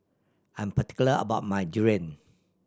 I'm particular about my durian